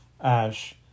ash